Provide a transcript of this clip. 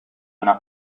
una